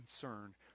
concern